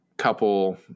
couple